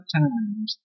times